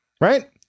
Right